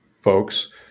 folks